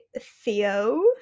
Theo